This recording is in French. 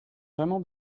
vraiment